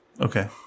Okay